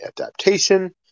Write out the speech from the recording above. adaptation